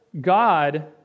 God